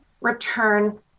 return